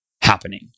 happening